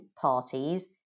parties